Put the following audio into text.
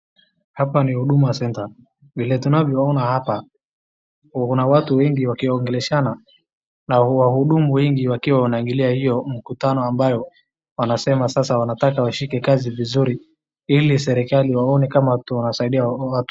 Hapa ni Huduma center. Vile tunavyo ona hapa kuna watu wengi wakiongeleshana. Na wahudumu wengi wakiwa wanaingilia hiyo mkutano wanasema sasa wanataka washike kazi vizuri mili serikali iwaone kama watu wanasaidia watu.